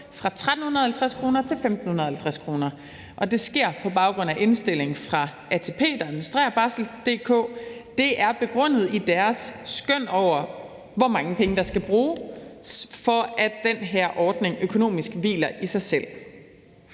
fra 1.350 kr. til 1.550 kr., og det sker på baggrund af indstilling fra ATP, der administrerer Barsel.dk. Det er begrundet i deres skøn over, hvor mange penge der skal bruges, for at den her ordning økonomisk hviler i sig selv.